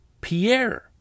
Pierre